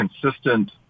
consistent